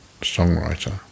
songwriter